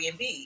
Airbnb